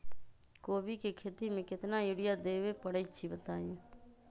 कोबी के खेती मे केतना यूरिया देबे परईछी बताई?